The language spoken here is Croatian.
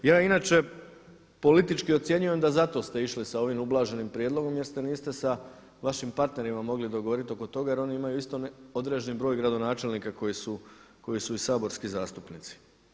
Ja inače politički ocjenjujem da zato ste išli sa ovim ublaženim prijedlogom jer se niste sa vašim partnerima mogli dogovoriti oko toga jer oni imaju isto određeni broj gradonačelnika koji su i saborski zastupnici.